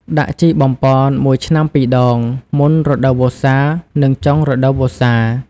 ដាក់ជីបំប៉ន ១ឆ្នាំ ២ដង មុនរដូវវស្សា និងចុងរដូវវស្សា។